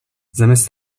zamiast